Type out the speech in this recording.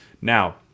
Now